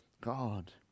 God